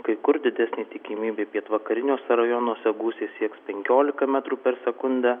kai kur didesnė tikimybė pietvakariniuose rajonuose gūsiai sieks penkiolika metrų per sekundę